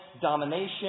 domination